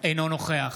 אינו נוכח